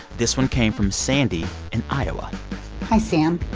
this one came from sandy in iowa hi, sam.